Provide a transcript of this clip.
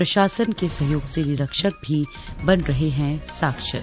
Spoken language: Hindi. प्रशासन के सहयोग से निरक्षर भी बन रहे है साक्षर